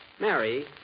Mary